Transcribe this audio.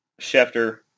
Schefter